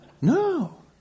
No